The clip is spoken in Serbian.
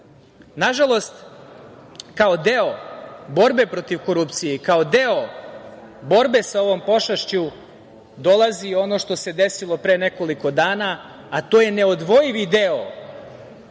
uspeli. Nažalost, kao deo borbe protiv korupcije i kao deo borbe sa ovom pošašću dolazi ono što se desilo pre nekoliko dana, a to je neodvojivi deo